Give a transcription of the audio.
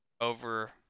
over